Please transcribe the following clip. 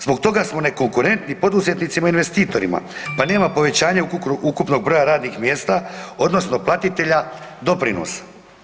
Zbog toga smo nekonkurentni poduzetnicima i investitorima pa nema povećanja ukupnog broja radnih mjesta odnosno platitelja doprinosa.